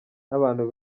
n’abantu